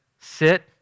sit